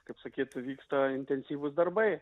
kaip sakyt vyksta intensyvūs darbai